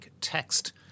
text